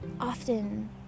often